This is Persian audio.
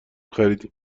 خریدیم